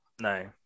No